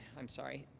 i'm sorry.